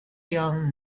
young